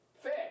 Fair